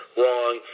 wrong